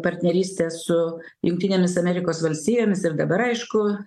partneryste su jungtinėmis amerikos valstijomis ir dabar aišku į